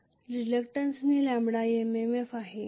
तर रिलक्टंन्सने lambda MMF आहे